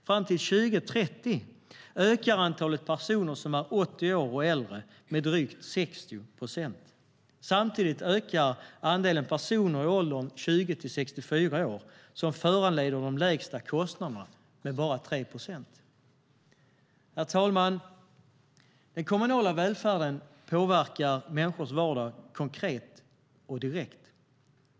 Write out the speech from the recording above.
Fram till 2030 ökar antalet personer som är 80 år och äldre med drygt 60 procent. Samtidigt ökar andelen personer i åldern 20-64 år, som föranleder de lägsta kostnaderna, med bara 3 procent. Herr talman! Den kommunala välfärden påverkar människors vardag konkret och direkt.